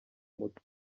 mutwe